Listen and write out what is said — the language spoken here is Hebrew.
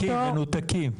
מנותקים.